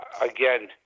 again